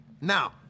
Now